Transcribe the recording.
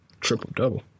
Triple-double